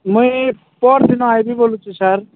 ମୁଇ ପରଦିନ ଆସିବି ବୋଲୁଚି ସାର୍